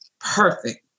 perfect